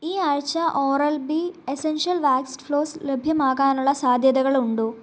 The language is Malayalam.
ഈ ആഴ്ച Oral B essential waxed floss ലഭ്യമാകാനുള്ള സാധ്യതകളുണ്ടോ